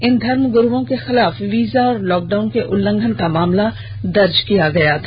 इन धर्म गुरूओं के खिलाफ वीजा और लॉकडाउन के उलंघन करने का मामला दर्ज किया गया था